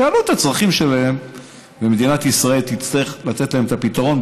שיעלו את הצרכים שלהם ומדינת ישראל תצטרך לתת להם את הפתרון,